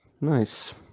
nice